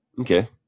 okay